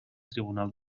tribunal